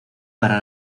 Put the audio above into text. para